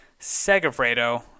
Segafredo